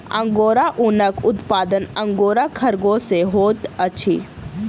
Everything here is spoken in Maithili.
अंगोरा ऊनक उत्पादन अंगोरा खरगोश सॅ होइत अछि